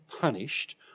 punished